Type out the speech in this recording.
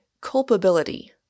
culpability